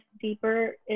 deeper